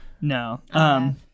No